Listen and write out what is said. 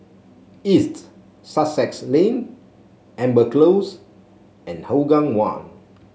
East Sussex Lane Amber Close and Hougang One